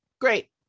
Great